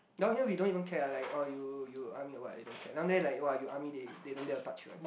down here we don't even care like ah you you army or what we don't care down there like !wah! you army they they don't dare to touch you